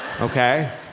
Okay